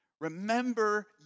Remember